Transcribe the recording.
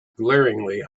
glaringly